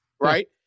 right